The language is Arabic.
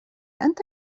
أنت